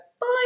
Bye